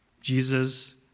Jesus